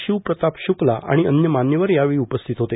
शिव प्रताप शुक्ला आणि अन्य मान्यवर यावेळी उपस्थित होते